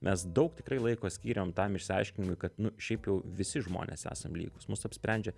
mes daug tikrai laiko skyrėm tam išsiaiškinimui kad nu šiaip jau visi žmonės esam lygūs mus apsprendžia